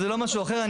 זה לא משהו אחר.